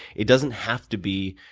it doesn't have to be.